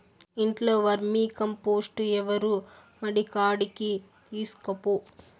ఇంట్లో వర్మీకంపోస్టు ఎరువు మడికాడికి తీస్కపో